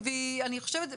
אני חושבת,